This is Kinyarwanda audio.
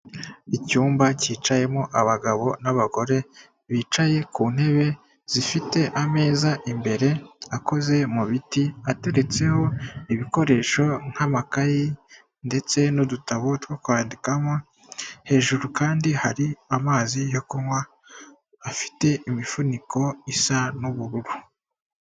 Icyumba cyicayemo abagabo n'abagore bicaye ku ntebe zifite ameza imbere akoze mu biti, ateretseho ibikoresho nk'amakayi ndetse n'udutabo two kwandikamo, hejuru kandi hari amazi yo kunywa afite imifuniko isa n'ubururu.